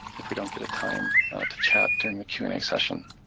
if we don't get time to chat during the q and a session.